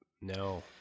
no